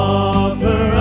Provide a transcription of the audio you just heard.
offer